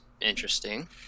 Interesting